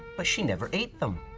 but she never ate them.